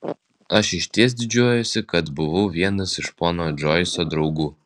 aš išties didžiuojuosi kad buvau vienas iš pono džoiso draugų